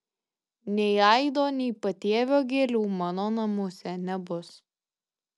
nei aido nei patėvio gėlių mano namuose nebus